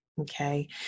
okay